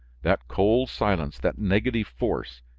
that cold silence, that negative force,